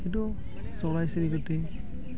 সেইটো চৰাই চিৰিকতি